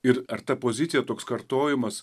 ir ar ta pozicija toks kartojimas